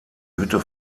hütte